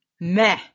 Meh